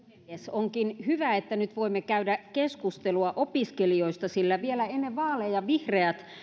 onkin hyvä että nyt voimme käydä keskustelua opiskelijoista sillä vielä ennen vaaleja vihreät